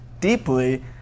deeply